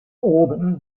auburn